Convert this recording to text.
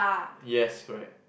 yes correct